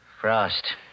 Frost